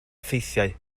effeithiau